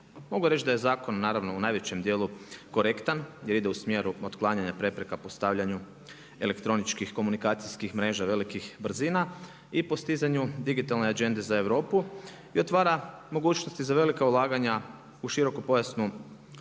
Mogu reći da je zakon naravno u najvećem dijelu korektan, jer ide u smjeru otklanjanja prepreka postavljanju elektroničkih komunikacijskih mreža velikih brzina i postizanju digitalne agende za Europu i otvara mogućnosti za velika ulaganja u široko pojasnim